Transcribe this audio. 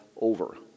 over